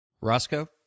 Roscoe